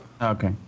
Okay